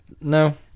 No